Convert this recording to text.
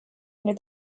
near